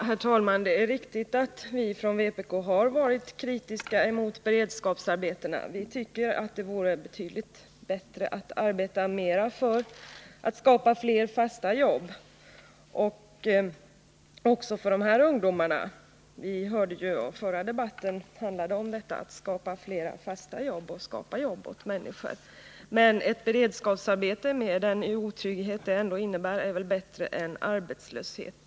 Herr talman! Det är riktigt att vi från vpk har varit kritiska mot beredskapsarbetena. Vi tycker att det vore betydligt bättre att mer gå in för att skapa fler fasta jobb också för de här ungdomarna. I den föregående debatten talade man ju om att skapa fler fasta jobb åt människorna. Men beredskapsarbete med den otrygghet det innebär är väl ändå bättre än arbetslöshet.